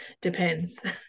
depends